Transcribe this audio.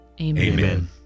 Amen